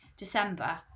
December